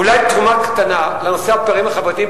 אולי תרומה קטנה לנושא הפערים החברתיים,